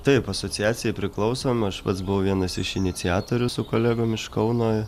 taip asociacijai priklausom aš pats buvau vienas iš iniciatorių su kolegom iš kauno